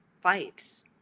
fights